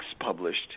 published